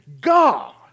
God